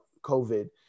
COVID